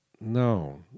no